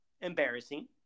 embarrassing